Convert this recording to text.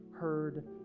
heard